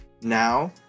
now